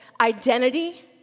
identity